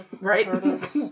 Right